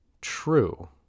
true